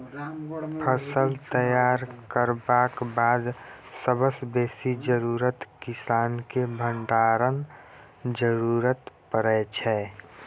फसल तैयार करबाक बाद सबसँ बेसी जरुरत किसानकेँ भंडारणक जरुरत परै छै